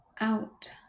out